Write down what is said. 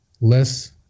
less